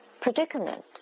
predicament